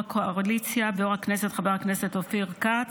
הקואליציה ויו"ר ועדת הכנסת חבר הכנסת אופיר כץ.